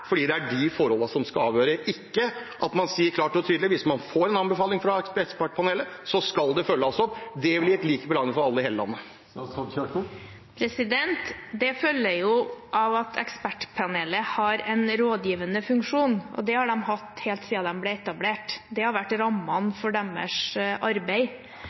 fordi det er de forholdende som skal avgjøre, ikke at man sier klart og tydelig at hvis man får en anbefaling fra Ekspertpanelet, så skal det følges opp. Det ville gitt lik behandling for alle i hele landet. Det følger av at Ekspertpanelet har en rådgivende funksjon, og det har de hatt helt siden de ble etablert. Det har vært rammene for deres arbeid.